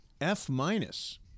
F-minus